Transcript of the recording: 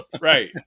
right